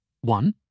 One